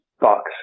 box